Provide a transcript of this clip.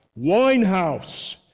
Winehouse